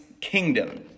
kingdom